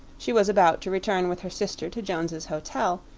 she was about to return with her sister to jones's hotel,